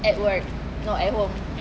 at work not at home